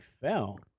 fell